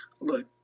look